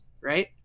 right